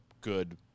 good